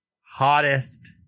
Hottest